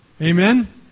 Amen